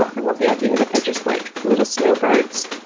and love the idea that they're just, like, little snowbirds,